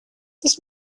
this